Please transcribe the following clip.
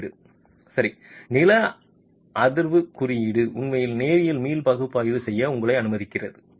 குறியீடு சரி நில அதிர்வு குறியீடு உண்மையில் நேரியல் மீள் பகுப்பாய்வு செய்ய உங்களை அனுமதிக்கிறது